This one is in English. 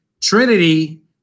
Trinity